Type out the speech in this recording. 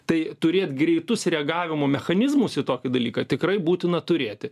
tai turėt greitus reagavimo mechanizmus į tokį dalyką tikrai būtina turėti